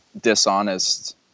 dishonest